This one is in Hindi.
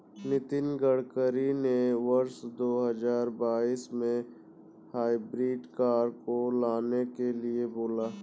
नितिन गडकरी ने वर्ष दो हजार बाईस में हाइब्रिड कार को लाने के लिए बोला